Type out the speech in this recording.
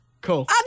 cool